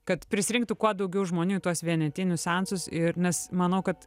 kad prisirinktų kuo daugiau žmonių į tuos vienetinius seansus ir nes manau kad